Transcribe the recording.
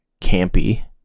campy